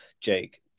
jake